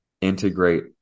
integrate